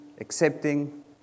accepting